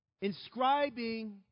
inscribing